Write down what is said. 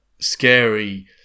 scary